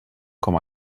com